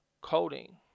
coding